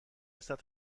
رسد